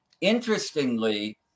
Interestingly